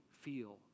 feel